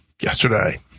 yesterday